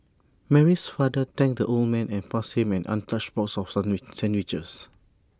Mary's father thanked the old man and passed him an untouched box of sandwiches